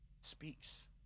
speaks